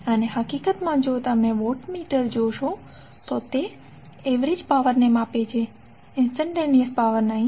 અને હકીકતમાં જો તમે વૉટમીટર જોશો તો તે એવરેજ પાવર ને માપે છે ઇંસ્ટંટેનીઅસ પાવર નહીં